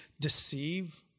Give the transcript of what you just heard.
deceive